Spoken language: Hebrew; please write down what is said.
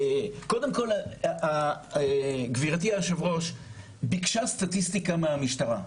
קודם כל גברתי היושבת ראש ביקשה סטטיסטיקה מהמשטרה.